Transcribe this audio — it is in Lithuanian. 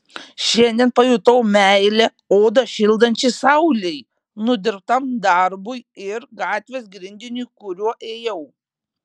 šiandien pajutau meilę odą šildančiai saulei nudirbtam darbui ir gatvės grindiniui kuriuo ėjau